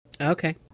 Okay